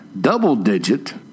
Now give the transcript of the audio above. double-digit